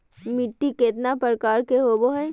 मिट्टी केतना प्रकार के होबो हाय?